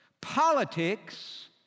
politics